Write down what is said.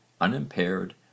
unimpaired